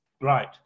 Right